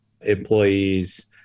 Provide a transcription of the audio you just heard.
employees